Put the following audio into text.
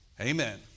Amen